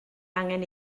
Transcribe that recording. angen